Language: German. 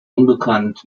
unbekannt